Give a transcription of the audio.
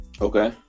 Okay